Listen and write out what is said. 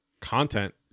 content